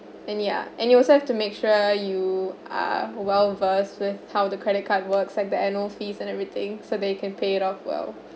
and ya and you also have to make sure you are well versed with how the credit card works like the annual fees and everything so that you can pay it off well